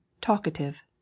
Talkative